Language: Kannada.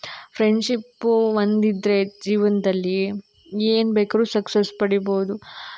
ಫ್ರೆಂಡ್ಶಿಪ್ಪು ಒಂದು ಇದ್ದರೆ ಜೀವನ್ದಲ್ಲಿ ಏನು ಬೇಕಾದ್ರು ಸಕ್ಸಸ್ ಪಡಿಬೋದು